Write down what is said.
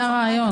זה הרעיון.